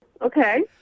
okay